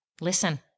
Listen